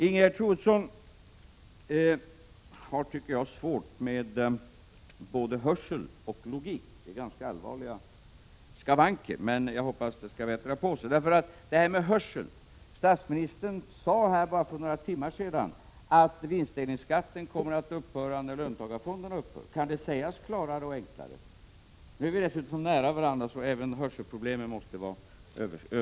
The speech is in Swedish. Ingegerd Troedsson har, tycker jag, svårt med både hörseln och logiken, och det är ganska allvarliga skavanker. Jag hoppas dock att det skall rätta till sig. Beträffande hörseln: Statsministern sade bara för några timmar sedan att vinstdelningsskatten kommer att upphöra när löntagarfonderna upphör. Kan det sägas klarare och enklare? Nu när Ingegerd Troedsson och jag befinner oss så nära varandra här, måste hörselproblemen vara överståndna.